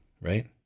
right